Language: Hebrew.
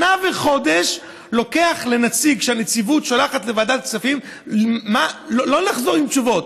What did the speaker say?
שנה וחודש לוקח לנציג שהנציבות שולחת לוועדת הכספים לא לחזור עם תשובות,